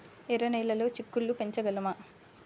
ఎర్ర నెలలో చిక్కుళ్ళు పెంచగలమా?